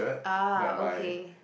ah okay